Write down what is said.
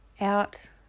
out